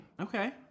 Okay